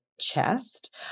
chest